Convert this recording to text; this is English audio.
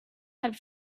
had